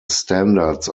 standards